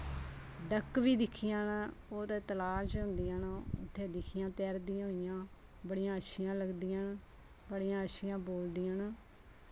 duck बी दिक्खियां न ओह् तलाऽ च होंदियां न उत्थै दिक्खियां तैरदियां होइयां बड़ियां अच्छियां लगदियां बड़ियां अच्छियां बोलदियां न